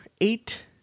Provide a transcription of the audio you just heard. eight